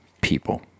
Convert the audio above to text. people